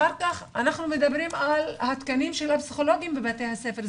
אחר כך אנחנו מדברים על התקנים של הפסיכולוגים בבתי הספר,